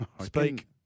speak